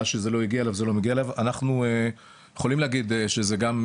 כאשר לא היה החזר אגרות דיגיטלי אדם שכבר נדרש לתו נכה,